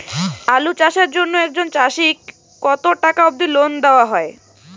আলু চাষের জন্য একজন চাষীক কতো টাকা অব্দি লোন দেওয়া হয়?